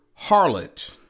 harlot